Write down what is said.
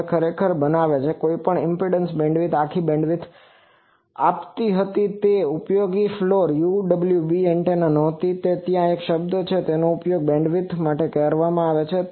હવે તે ખરેખર બનાવે છે જે કંઇપણ ઈમ્પેડંસ બેન્ડવિડ્થ આખી બેન્ડવિડ્થ આપતી હતી તે ઉપયોગી ફ્લોર UWB એન્ટેના ન હોતી તો ત્યાં એક શબ્દ છે જેને ઉપયોગી બેન્ડવિડ્થ કહેવામાં આવે છે